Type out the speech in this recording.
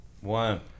one